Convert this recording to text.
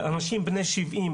אנשים בני 70,